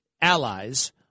allies